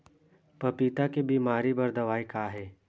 पपीता के बीमारी बर दवाई का हे?